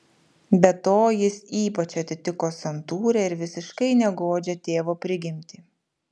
be to jis ypač atitiko santūrią ir visiškai negodžią tėvo prigimtį